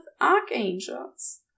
archangels